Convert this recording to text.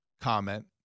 comment